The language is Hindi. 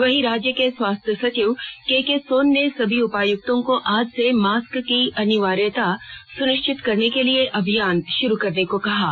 वहीं राज्य के स्वास्थ्य सचिव केके सोन ने सभी उपायुक्तों को आज से मास्क की अनिवार्यता सुनिश्चित करने के लिए अभियान शुरू करने को कहा है